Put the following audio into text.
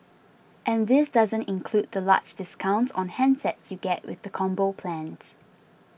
and this doesn't include the large discounts on handsets you get with the Combo plans